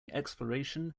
exploration